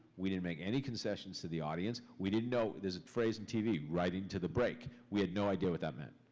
we didn't make any concessions to the audience. we didn't know. there's a phrase in tv, writing to the break. we had no idea what that meant.